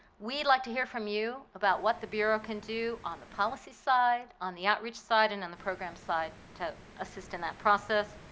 we'd like to hear from you about what the bureau can do on the policy side, on the outreach side and on the program side to assist in that process.